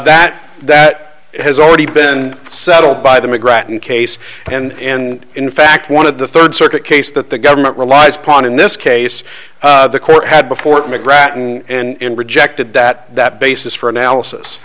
that that has already been settled by the mcgrath in case and in fact one of the third circuit case that the government relies upon in this case the court had before to gratton and rejected that that basis for analysis